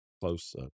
close